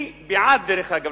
דרך אגב,